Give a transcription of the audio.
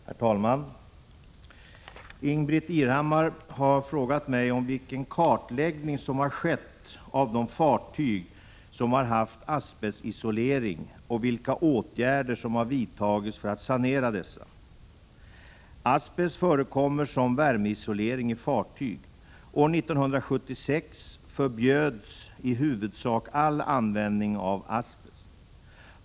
Herr talman! Ingbritt Irhammar har frågat mig om vilken kartläggning som har skett av de fartyg som har haft asbestisolering och vilka åtgärder som har vidtagits för att sanera dessa. Asbest förekommer som värmeisolering i fartyg. År 1976 förbjöds i huvudsak all användning av asbest.